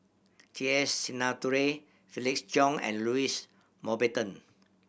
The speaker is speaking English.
T S Sinnathuray Felix Cheong and Louis Mountbatten